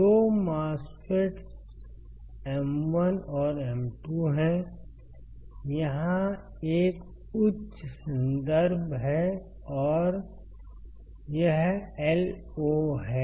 दो MOSFETs M1 और M2 हैं यहाँ एक उच्च संदर्भ है और यह Io है